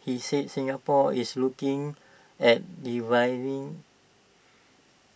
he said Singapore is looking at revising